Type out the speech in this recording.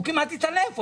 הוא כמעט התעלף.